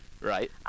Right